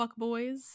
fuckboys